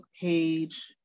page